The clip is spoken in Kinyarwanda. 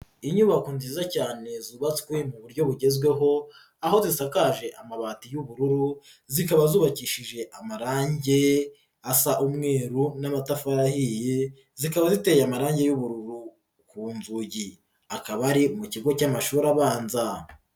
Inyubako nziza cyane zubatswe mu buryo bugezweho aho zisakaje amabati y'ubururu, zikaba zubakishije amarange asa umweru n'amatafari ahiye zikaba ziteye amarange y'ubururu ku nzugi, akaba ari mu kigo cy'amashuri abanza.